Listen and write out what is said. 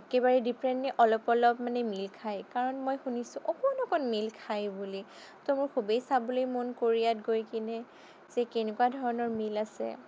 একেবাৰেই ডিফৰেণ্ট নে অলপ অলপ মানে মিল খায় কাৰণ মই শুনিছোঁ অকণ অকণ মিল খায় বুলি ত' মোৰ খুবেই চাবলৈ মন কোৰিয়াত গৈকেনে যে কেনেকুৱা ধৰণৰ মিল আছে